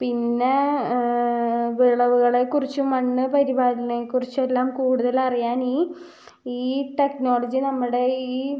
പിന്നെ വിളവുകളെ കുറിച്ചും മണ്ണ് പരിപാല ത്തിനെ കുറിച്ചും എല്ലാം കൂടുതൽ അറിയാൻ ഈ ഈ ടെക്നോളജി നമ്മുടെ ഈ